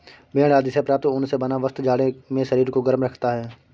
भेड़ आदि से प्राप्त ऊन से बना वस्त्र जाड़े में शरीर को गर्म रखता है